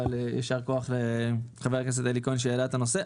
אבל יישר כוח לחבר הכנסת אלי כהן שהעלה את הנושא.